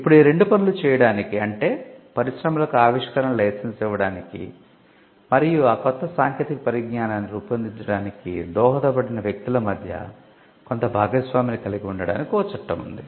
ఇప్పుడు ఈ రెండు పనులు చేయడానికి అంటే పరిశ్రమలకు ఆవిష్కరణలను లైసెన్స్ ఇవ్వడానికి మరియు ఆ కొత్త సాంకేతిక పరిజ్ఞానాన్ని రూపొందించడానికి దోహదపడిన వ్యక్తుల మధ్య కొంత భాగస్వామ్యాన్ని కలిగి ఉండటానికి ఒక చట్టం ఉంది